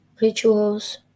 rituals